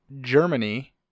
Germany